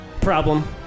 Problem